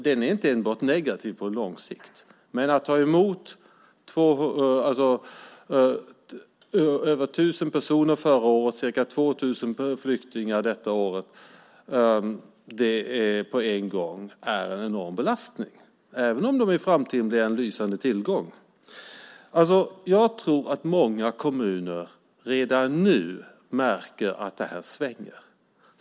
Den är inte enbart negativ på lång sikt. Men att ta emot över 1 000 personer, som vi gjorde förra året, och ca 2 000 flyktingar, som vi tar emot detta år, på en gång är en enorm belastning, även om dessa människor i framtiden blir en lysande tillgång. Jag tror att många kommuner redan nu märker att det svänger.